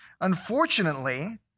Unfortunately